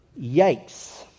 Yikes